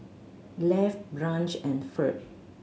Lafe Branch and Ferd